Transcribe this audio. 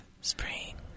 Spring